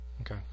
Okay